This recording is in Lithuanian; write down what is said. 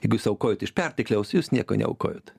jeigu jūs aukojot iš pertekliaus jūs nieko neaukojot